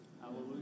Hallelujah